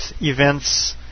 events